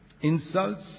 insults